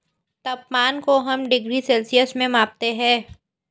तापमान को हम डिग्री सेल्सियस में मापते है